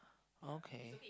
okay